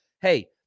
hey